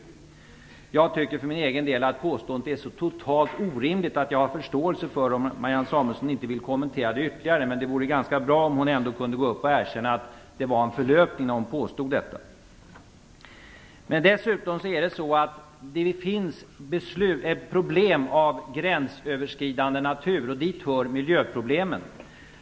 Jag tycker för min egen del att påståendet är så totalt orimligt att jag förstår att Marianne Samuelsson inte vill kommentera det ytterligare, men det vore ganska bra om hon ändå kunde erkänna att det var en förlöpning. Men det finns dessutom problem av gränsöverskridande natur, och dit hör miljöproblemen.